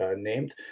named